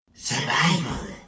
Survival